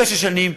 תשע שנים.